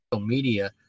media